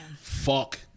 fuck